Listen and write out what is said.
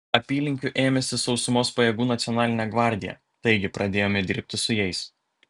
apylinkių ėmėsi sausumos pajėgų nacionalinė gvardija taigi pradėjome dirbti su jais